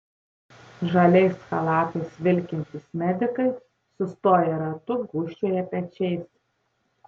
žaliais chalatais vilkintys medikai sustoję ratu gūžčioja pečiais